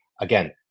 Again